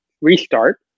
restart